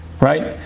Right